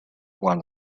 one